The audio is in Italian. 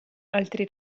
altri